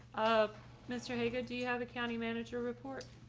um mr. hager, do you have the county manager report.